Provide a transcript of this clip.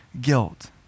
guilt